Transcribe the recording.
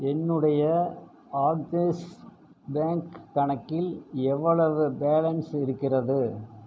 என்னுடைய Axis bank கணக்கில் எவ்வளவு பேலன்ஸ் இருக்கிறது